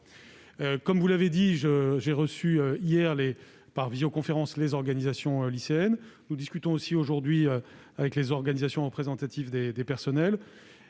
Comme vous l'avez souligné, j'ai échangé hier, par visioconférence, avec les organisations lycéennes. Nous discutons aussi avec les organisations représentatives des personnels.